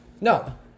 No